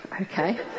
Okay